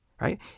right